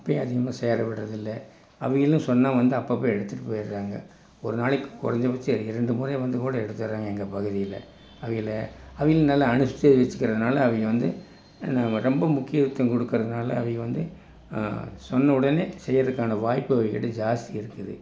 குப்பையும் அதிகமாக சேர விடுறதில்லை அவகளும் சொன்னால் வந்து அப்போ அப்போ வந்து எடுத்துகிட்டு போயிவிடுறாங்க ஒரு நாளைக்கு குறஞ்ச பச்சம் இரண்டு முறை வந்து கூட எடுத்துட்டுறாங்க எங்கள் பகுதியில அவகள அவகள நல்லா அனுசரிச்சு வச்சுக்கிறதுனால அவக வந்து என்ன ரொம்ப முக்கியத்துவம் கொடுக்குறதுனால அவக வந்து சொன்ன உடனே செய்யறதுக்கான வாய்ப்பு அவகிட்ட ஜாஸ்தி இருக்குது